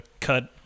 cut